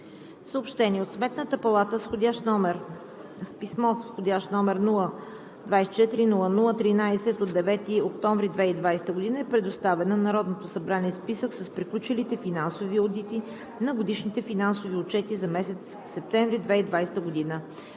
отбрана. От Сметната палата с писмо, с входящ номер 024-00-13 от 9 октомври 2020 г., е предоставен на Народното събрание списък с приключилите финансови одити на годишните финансови отчети за месец септември 2020 г.